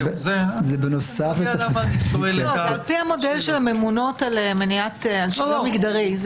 זה על פי המודל של הממונות על שוויון מגדרי.